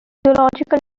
physiological